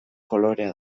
kolorea